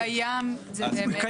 זה קיים בחוק.